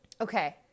Okay